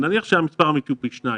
ונניח שהמספר האמיתי הוא פי 2 מזה,